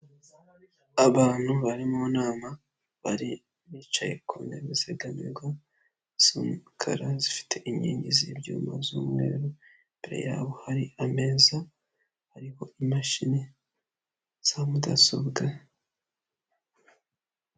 Abantu bari mu nama bari bicaye ku ntebe zegamirwa, z'imikara zifite inkingi z'ibyuma z'umweru imbere ya bo hari ameza hariho imashini za mudasobwa.